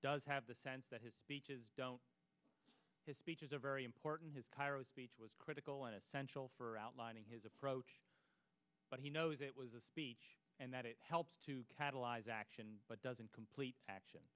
does have the sense that his speeches don't his speeches are very important his cairo speech was critical and essential for outlining his approach but he knows it was a speech and that it helps to catalyze action but doesn't complete action